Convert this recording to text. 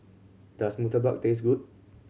does murtabak taste good